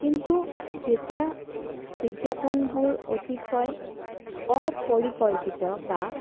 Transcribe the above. কিন্তু যেতিয়া বিজ্ঞাপনবোৰ অতিশয় অপৰিকল্পিত বা